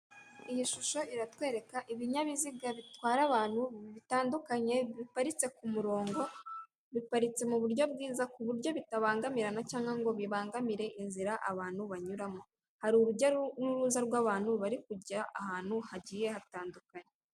Iyi shusho iratwereka ibinyabiziga bitwara abantu bitandukanye biparitse ku murongo, biparitse mu buryo bwiza ku buryo bitabangamirana cyangwa ngo bibangamire inzira abantu banyuramo. Hari urujya n'uruza rw'abantu bari kujya ahantu hagiye hatandukanye.